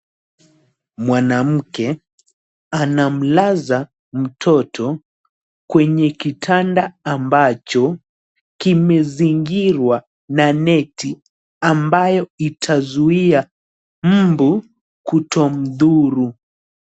Mwanamke anamlaza mtoto kwenye kitanda ambacho kimezingirwa na neti ambayo itazuia mbu kutomdhuru.